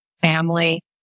family